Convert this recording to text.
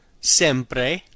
sempre